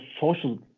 social